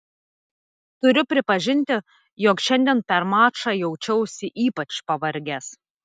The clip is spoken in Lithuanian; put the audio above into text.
turiu pripažinti jog šiandien per mačą jaučiausi ypač pavargęs